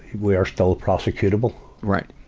we are still prosecutable. right.